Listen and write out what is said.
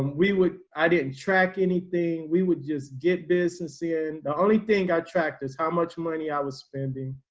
we would i didn't track anything we would just get business in the only thing i tracked is how much money i was spending,